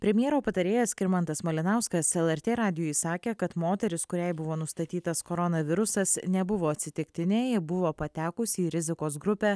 premjero patarėjas skirmantas malinauskas lrt radijui sakė kad moteris kuriai buvo nustatytas koronavirusas nebuvo atsitiktinė ji buvo patekusi į rizikos grupę